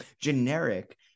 generic